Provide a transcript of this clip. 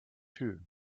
too